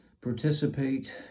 participate